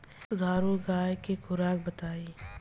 दुधारू गाय के खुराक बताई?